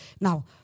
Now